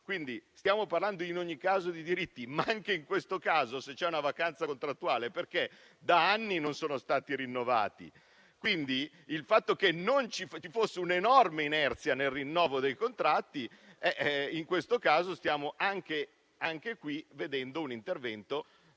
stipendio. Stiamo parlando in ogni caso di diritti, ma anche in questo caso, se c'è una vacanza contrattuale, è perché da anni non sono stati rinnovati. Anche sul fatto che ci fosse un'enorme inerzia nel rinnovo dei contratti stiamo vedendo un intervento